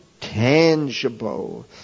tangible